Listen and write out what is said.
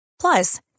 Plus